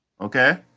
Okay